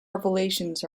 revelations